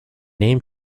name